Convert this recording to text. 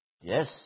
Yes